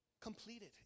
completed